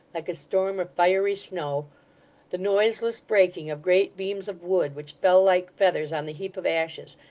like a storm of fiery snow the noiseless breaking of great beams of wood, which fell like feathers on the heap of ashes,